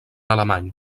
alemany